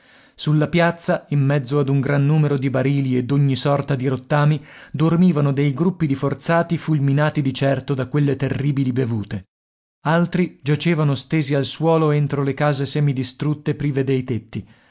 sulla piazza in mezzo ad un gran numero di barili e d'ogni sorta di rottami dormivano dei gruppi di forzati fulminati di certo da quelle terribili bevute altri giacevano stesi al suolo entro le case semidistrutte prive dei tetti